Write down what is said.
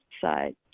side